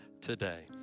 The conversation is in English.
today